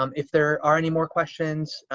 um if there are any more questions,